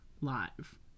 live